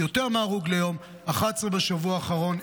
יותר מהרוג ליום ו-11 בשבוע האחרון,